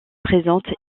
présentent